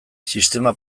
sistema